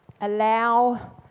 allow